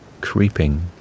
creeping